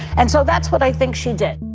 and so that's what i think she did.